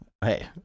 Hey